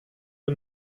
the